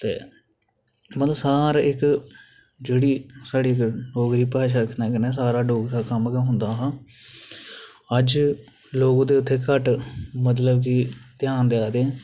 ते मतलब सारे इक्क ते जेह्ड़ी साढ़ी डोगरी भाशा कन्नै कन्नै गै सारा कम्म गै होंदा हा अज्ज लोग ओह्दे उत्थै घट्ट मतलब की ध्यान देआ दे न